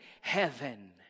heaven